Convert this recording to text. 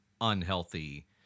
unhealthy